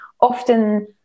often